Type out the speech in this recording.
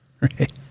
right